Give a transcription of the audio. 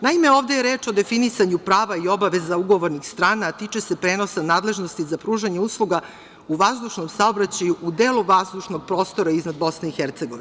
Naime, ovde je reč o definisanju prava i obaveza ugovornih strana, a tiče se prenosa nadležnosti za pružanje usluga u vazdušnom saobraćaju u delu vazdušnog prostora iznad BiH.